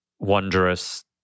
Wondrous